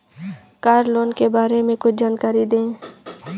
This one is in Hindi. कार लोन के बारे में कुछ जानकारी दें?